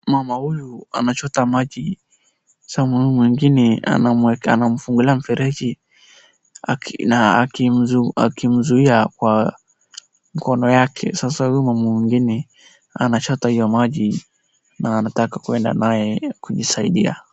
Mama huyu amechota maji, sasa mama huyu mwingine anamfungulia mfereji na akimzuia kwa mkono yake. Huyu mama mwingine anachota maji na anataka kuenda nayo kujisaidia.